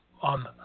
on